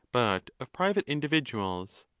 but of private individuals.